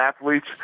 athletes